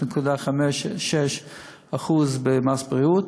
הבריאות ב-0.6%-0.5%,